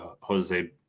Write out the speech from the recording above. Jose